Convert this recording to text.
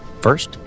First